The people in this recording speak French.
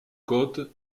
côte